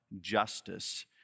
justice